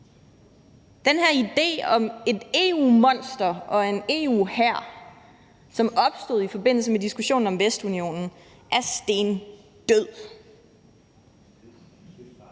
Den her idé om et EU-monster og en EU-hær, som opstod i forbindelse med diskussionen om Vestunionen, er stendød.